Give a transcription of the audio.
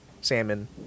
salmon